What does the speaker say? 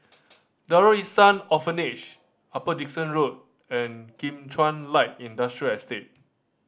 Darul Ihsan Orphanage Upper Dickson Road and Kim Chuan Light Industrial Estate